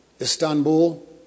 Istanbul